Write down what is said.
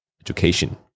education